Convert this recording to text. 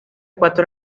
cuatro